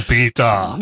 Peter